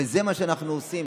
וזה מה שאנחנו עושים.